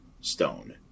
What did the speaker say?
stone